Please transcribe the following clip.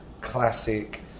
classic